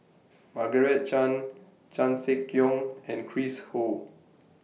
Margaret Chan Chan Sek Keong and Chris Ho